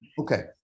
okay